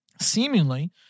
seemingly